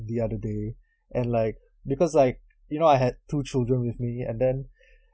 the other day and like because like you know I had two children with me and then